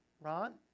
Ron